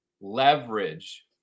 leverage